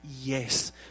yes